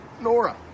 Nora